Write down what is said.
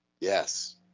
Yes